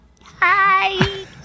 Hi